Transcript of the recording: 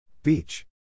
Beach